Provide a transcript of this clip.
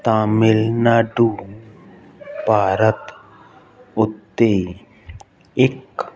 ਤਾਮਿਲਨਾਡੂ ਭਾਰਤ ਉੱਤੇ ਇੱਕ